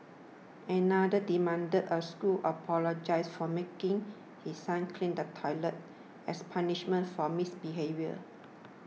another demanded a school apologise for making his son clean the toilet as punishment for misbehaviour